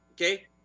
Okay